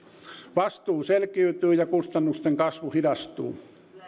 vastuu selkiytyy ja kustannusten kasvu hidastuu